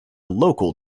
local